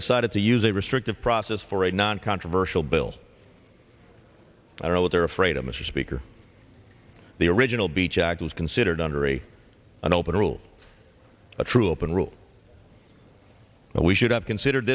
decided to use a restrictive process for a noncontroversial bill i don't know what they're afraid of mr speaker the original beach act was considered under a an open rule a true open rule and we should have considered